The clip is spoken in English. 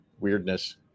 weirdness